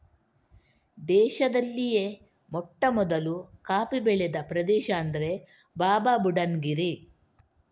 ದೇಶದಲ್ಲಿಯೇ ಮೊಟ್ಟಮೊದಲು ಕಾಫಿ ಬೆಳೆದ ಪ್ರದೇಶ ಅಂದ್ರೆ ಬಾಬಾಬುಡನ್ ಗಿರಿ